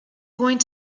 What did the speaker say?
going